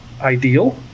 ideal